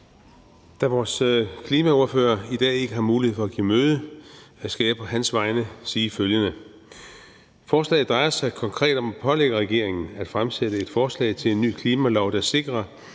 Da vores klimaordfører ikke har mulighed for at give møde i dag, skal jeg på hans vegne sige følgende: Forslaget drejer sig konkret om at pålægge regeringen at fremsætte et forslag til en ny klimalov, der sikrer,